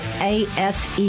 ASE